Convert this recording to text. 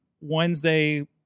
Wednesday